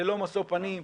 ללא משוא פנים,